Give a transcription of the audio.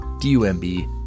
D-U-M-B